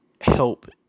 help